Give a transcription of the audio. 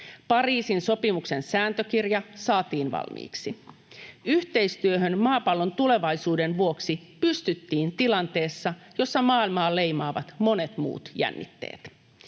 Pariisin sopimuksen sääntökirja saatiin valmiiksi. Yhteistyöhön maapallon tulevaisuuden vuoksi pystyttiin tilanteessa, jossa maailmaa leimaavat monet muut jännitteet.